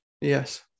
Yes